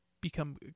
become